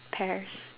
pears